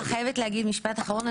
רגע אני חייבת להגיד משפט אחרון.